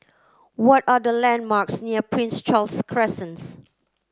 what are the landmarks near Prince Charles Crescents